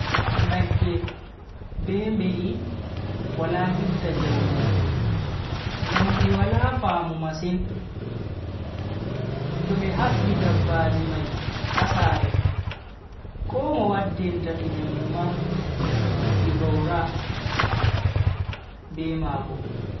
Nagge be mbe'i wala hefta jaumijum ngam di wala faamu masin. to be habbi dabbaji mai ha sare, ko mo waddinta di nyamdu ma di vowra be mako.